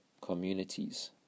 communities